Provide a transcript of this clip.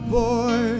boy